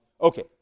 Okay